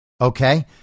Okay